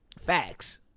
Facts